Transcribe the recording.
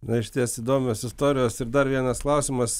na išties įdomios istorijos ir dar vienas klausimas